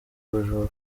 bujura